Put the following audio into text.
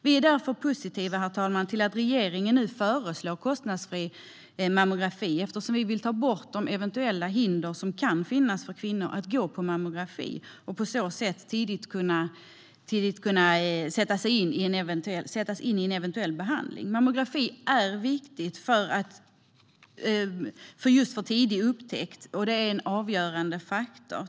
Vi är därför positiva, herr talman, till att regeringen nu föreslår kostnadsfri mammografi, eftersom vi vill ta bort de eventuella hinder som kan finnas för kvinnor att gå på mammografi så att de på så sätt tidigt kan sättas in i eventuell behandling. Mammografi är viktigt just för tidig upptäckt och en avgörande faktor.